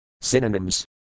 Synonyms